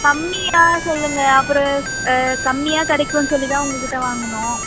கம்மியாக சொல்லுங்கள் அப்புறம் கம்மியாக கிடைக்கும்னு சொல்லி தான் உங்கள்கிட்ட வாங்குனோம்